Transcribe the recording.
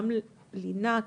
גם לינה,